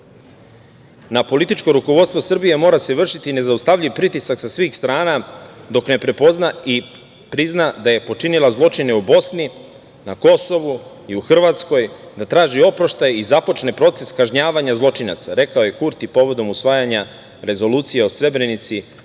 Na političko rukovodstvo Srbije mora se vršiti nezaustavljiv pritisak sa svih strana dok ne prepozna i prizna da je počinila zločine u Bosni, na Kosovu, i u Hrvatskoj, da traži oproštaj i započne proces kažnjavanja zločinaca. Rekao je Kurti povodom usvajanja rezolucije o Srebrenici,